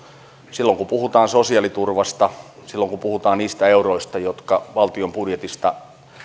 silloin kun puhutaan sosiaaliturvasta silloin kun puhutaan niistä euroista jotka valtion budjetista